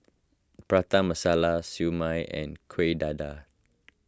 Prata Masala Siew Mai and Kuih Dadar